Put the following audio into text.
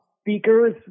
speakers